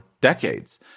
decades